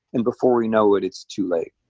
and before we know it, it's too late.